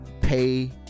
pay